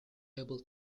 able